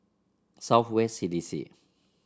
South West C D C